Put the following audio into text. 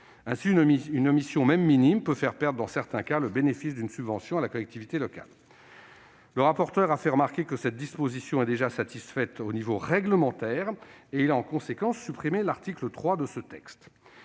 Ainsi, une omission, même minime, peut faire perdre dans certains cas le bénéfice d'une subvention à la collectivité locale. Le rapporteur a fait remarquer que cette disposition était déjà satisfaite par le cadre réglementaire, et il a en conséquence supprimé l'article 3 de ce texte.